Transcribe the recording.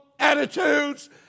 attitudes